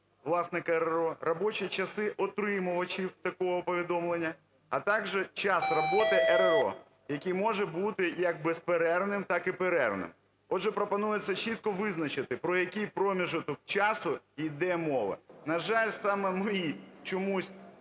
власника РРО, робочі часи отримувачів такого повідомлення, а також час роботи РРО, який може бути як безперервним, так і перервним. Отже, пропонується чітко визначити, про який проміжок часу йде мова. На жаль, саме мої чомусь